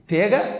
Tega